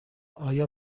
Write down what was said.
آیا